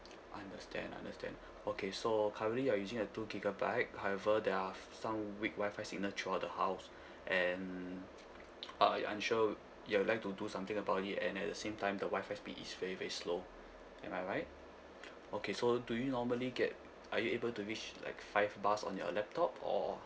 understand understand okay so currently you're using a two gigabyte however there are some weak WI-FI signal throughout the house and uh I'm sure you would like to do something about it and at the same time the WI-FI speed is very very slow am I right okay so do you normally get are you able to reach like five bars on your laptop or